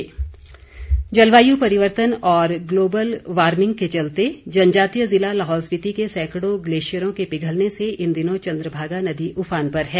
glacier जलवायू परिवर्तन और ग्लोबल वार्मिंग के चलते जनजातीय जिला लाहौल स्पीति के सैंकड़ों ग्लेशियरों के पिघलने से इन दिनों चंद्रभागा नदी उफान पर है